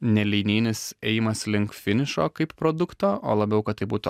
ne linijinis ėjimas link finišo kaip produkto o labiau kad tai būtų